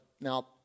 now